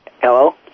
Hello